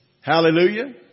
Hallelujah